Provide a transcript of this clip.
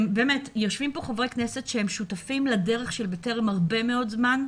יושבים פה חברי כנסת שהם שותפים לדרך של בטרם הרבה מאוד זמן,